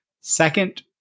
Second